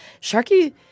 Sharky